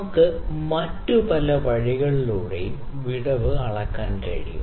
നമുക്ക് മറ്റ് പല വഴികളിലൂടെയും വിടവ് അളക്കാൻ കഴിയും